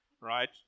right